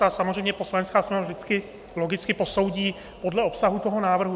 A samozřejmě Poslanecká sněmovna vždycky logicky posoudí podle obsahu toho návrhu.